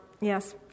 yes